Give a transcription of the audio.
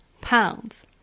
pounds